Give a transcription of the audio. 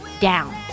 down